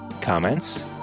Comments